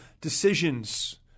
decisions